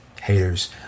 haters